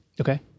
Okay